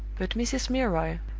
but mrs. milroy,